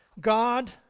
God